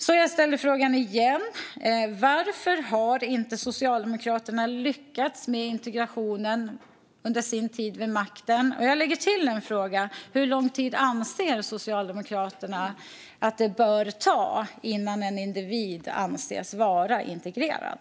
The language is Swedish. Så jag ställer frågan igen: Varför har inte Socialdemokraterna lyckats med integrationen under sin tid vid makten? Och jag lägger till en fråga: Hur lång tid anser Socialdemokraterna att det bör ta innan en individ anses vara integrerad?